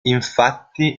infatti